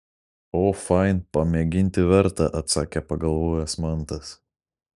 o fain pamėginti verta atsakė pagalvojęs mantas